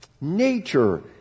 Nature